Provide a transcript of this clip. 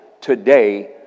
today